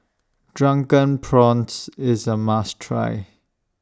Drunken Prawns IS A must Try